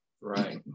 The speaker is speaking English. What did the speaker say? right